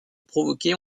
provoquer